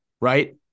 right